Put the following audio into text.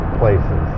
places